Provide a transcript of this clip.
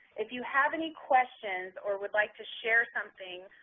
if you have any questions or would like to share something,